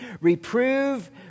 Reprove